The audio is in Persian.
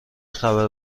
خبر